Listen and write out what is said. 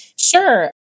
Sure